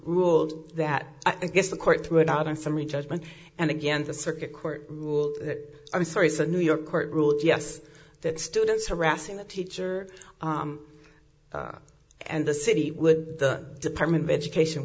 ruled that i guess the court threw it out on summary judgment and again the circuit court ruled that i'm sorry so new york court ruled yes that students harassing the teacher and the city would the department of education